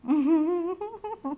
mm mm